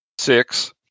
six